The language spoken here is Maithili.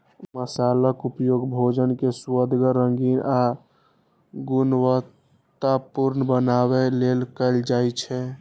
मसालाक उपयोग भोजन कें सुअदगर, रंगीन आ गुणवतत्तापूर्ण बनबै लेल कैल जाइ छै